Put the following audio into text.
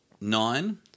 Nine